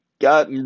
got